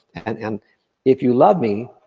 and and if you love me,